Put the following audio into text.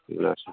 କେଉଁଦିନ ଆସିବ